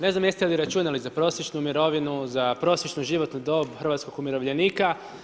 Ne znam jeste li računali za prosječnu mirovinu, za prosječnu životnu dob hrvatskog umirovljenika.